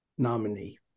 nominee